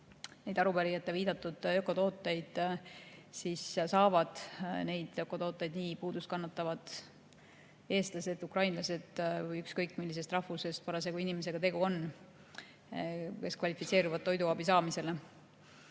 neid arupärijate viidatud ökotooteid, siis saavad neid ökotooteid nii puudust kannatavad eestlased kui ka ukrainlased või ükskõik, millisest rahvusest inimesega parasjagu tegu on, kes kvalifitseeruvad toiduabi saamisele.